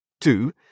Two